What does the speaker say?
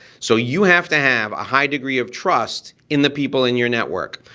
so you have to have a high degree of trust in the people in your network.